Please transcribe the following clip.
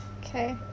Okay